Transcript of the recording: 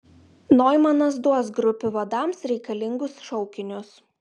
noimanas duos grupių vadams reikalingus šaukinius